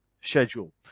schedule